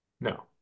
no